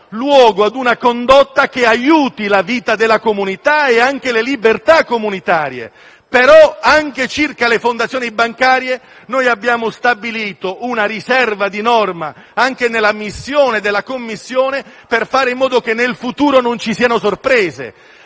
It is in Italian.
luogo a una condotta che aiuti la vita della comunità e anche le libertà comunitarie. Però, sulle fondazioni bancarie, noi abbiamo stabilito una riserva di norma nella missione della Commissione, per fare in modo che nel futuro non ci siano sorprese.